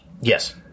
Yes